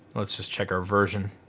let's just check our version.